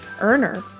earner